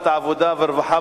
כלכלה.